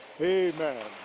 amen